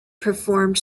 performed